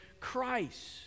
Christ